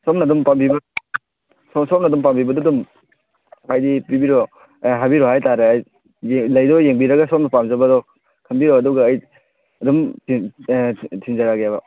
ꯁꯣꯝꯅ ꯑꯗꯨꯝ ꯄꯥꯝꯕꯤꯕ ꯁꯣꯝꯅ ꯑꯗꯨꯝ ꯄꯥꯝꯕꯤꯕꯗꯣ ꯑꯗꯨꯝ ꯍꯥꯏꯗꯤ ꯄꯤꯕꯤꯔꯛꯑꯣ ꯍꯥꯏꯕꯤꯔꯛꯑꯣ ꯍꯥꯏ ꯇꯥꯔꯦ ꯂꯩꯗꯣ ꯌꯦꯡꯕꯤꯔꯒ ꯁꯣꯝꯅ ꯄꯥꯝꯖꯕꯗꯣ ꯈꯟꯕꯤꯔꯛꯑꯣ ꯑꯗꯨꯒ ꯑꯩ ꯑꯗꯨꯝ ꯊꯤꯟꯖꯔꯛꯑꯒꯦꯕ